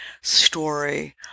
story